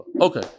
Okay